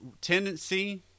tendency